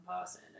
person